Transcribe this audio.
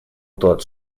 тот